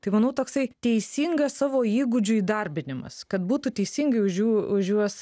tai manau toksai teisingas savo įgūdžių įdarbinimas kad būtų teisingai už jų už juos